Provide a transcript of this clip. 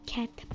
Cat